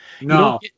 no